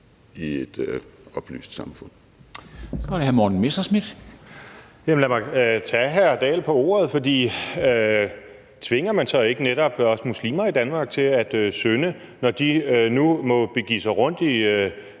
Messerschmidt. Kl. 11:10 Morten Messerschmidt (DF): Jamen lad mig tage hr. Henrik Dahl på ordet. For tvinger man så ikke netop også muslimer i Danmark til at synde, når de nu må begive sig rundt i